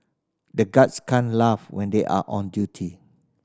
the guards can't laugh when they are on duty